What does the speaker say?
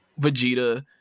Vegeta